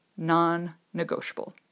non-negotiable